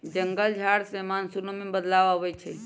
जंगल झार से मानसूनो में बदलाव आबई छई